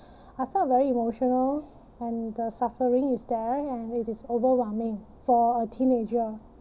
I felt very emotional and the suffering is there and it is overwhelming for a teenager